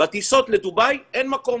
בטיסות לדובאי אין מקום.